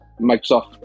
Microsoft